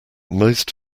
most